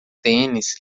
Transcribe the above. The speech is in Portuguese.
tênis